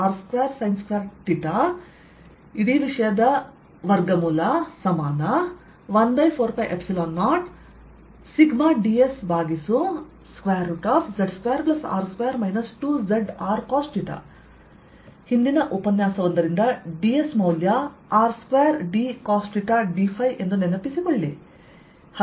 dV14π0dQz Rcos θ2R2sin21214π0σdsz2R2 2zRcosθ ಹಿಂದಿನ ಉಪನ್ಯಾಸವೊಂದರಿಂದ ds ಮೌಲ್ಯ R2d cosθ dϕ ಎಂದು ನೆನಪಿಸಿಕೊಳ್ಳಿ